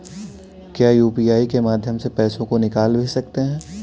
क्या यू.पी.आई के माध्यम से पैसे को निकाल भी सकते हैं?